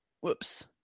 Whoops